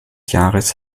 jahres